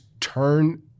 turn